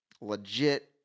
Legit